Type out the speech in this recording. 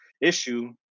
issue